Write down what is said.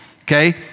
Okay